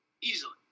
Easily